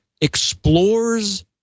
explores